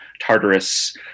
Tartarus